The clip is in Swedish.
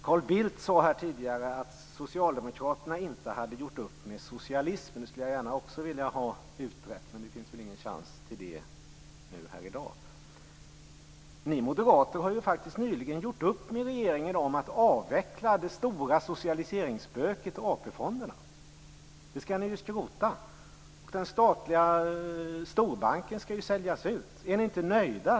Carl Bildt sade här tidigare att socialdemokraterna inte har gjort upp med socialismen. Också detta skulle jag gärna vilja ha utrett, men det finns väl ingen chans till det i dag. Ni moderater har nyligen gjort upp med regeringen om att avveckla det stora socialiseringsspöket AP fonderna. De skall ni nu skrota. Den statliga storbanken skall ju säljas ut. Är ni inte nöjda?